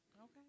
Okay